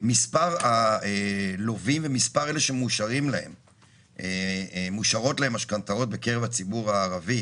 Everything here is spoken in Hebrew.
שמספר הלווים ומספר אלה שמאושרות להם משכנתאות בקרב הציבור הערבי